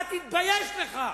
אתה תתבייש לך.